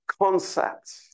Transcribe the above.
concepts